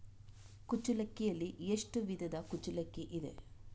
ಕುಚ್ಚಲಕ್ಕಿಯಲ್ಲಿ ಎಷ್ಟು ವಿಧದ ಕುಚ್ಚಲಕ್ಕಿ ಇದೆ?